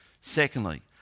Secondly